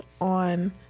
on